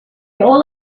all